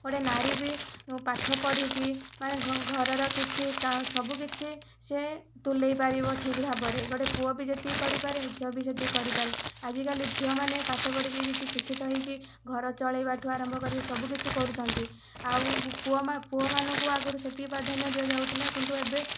ଗୋଟିଏ ନାରୀ ବି ପାଠ ପଢ଼ିକି ମାନେ ଘରର କିଛି ସବୁ କିଛି ସେ ତୁଲେଇ ପାରିବ ଠିକ ଭାବରେ ଗୋଟିଏ ପୁଅ ବି ଯେତିକି କରିପାରେ ଝିଅ ବି ସେତିକି କରିପାରେ ଆଜିକାଲି ଝିଅ ମାନେ ପାଠ ପଢ଼ିକି କିଛି ଶିକ୍ଷିତ ହୋଇକି ଘର ଚଳେଇବା ଠାରୁ ଆରମ୍ଭ କରି ସବୁ କିଛି କରୁଛନ୍ତି ଆଉ ପୁଅ ପୁଅମାନଙ୍କୁ ଆଗରୁ ସେତିକି ପ୍ରାଧାନ୍ୟ ଦିଆଯାଉଥିଲା କିନ୍ତୁ ଏବେ